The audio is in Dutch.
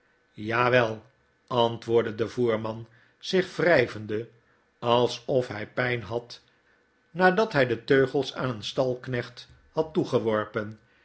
wel antwoordde de voerman zich wryvende alsof hy pyn had nadat hy de teugels aan een stalknecht had toegeworpen